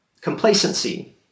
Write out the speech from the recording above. complacency